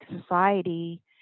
society